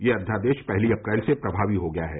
यह अध्यादेश पहली अप्रैल से प्रभावी हो गया है